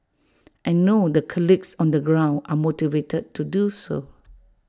I know the colleagues on the ground are motivated to do so